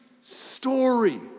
story